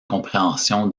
compréhension